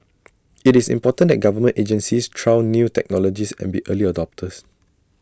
IT is important that government agencies trial new technologies and be early adopters